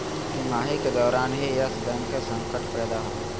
तिमाही के दौरान ही यस बैंक के संकट पैदा होलय